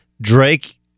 Drake